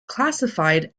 classified